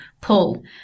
pull